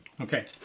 Okay